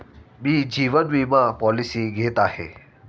मी जीवन विमा पॉलिसी घेत आहे